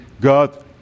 God